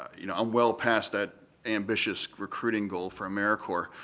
you know, i'm well past that ambitious recruiting goal for americorps,